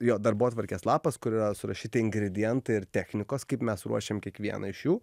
jo darbotvarkės lapas kur yra surašyti ingredientai ir technikos kaip mes ruošiam kiekvieną iš jų